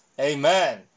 Amen